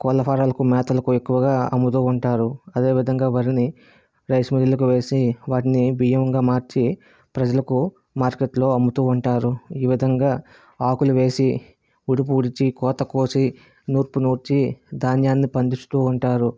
కోళ్ళ ఫారాలకు మేతలకు ఎక్కువగా అమ్ముతూ ఉంటారు అదేవిధంగా వరిని రైస్ మిల్లులకు వేసి వాటిని బియ్యంగా మార్చి ప్రజలకు మార్కెట్లో అమ్ముతూ ఉంటారు ఈ విధంగా ఆకులు వేసి ఊడ్పు ఊడ్చి కొత్త కోసి నూర్పు నూడ్చి ధాన్యాన్ని పండిస్తూ ఉంటారు